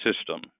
system